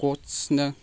ꯀꯣꯁꯅ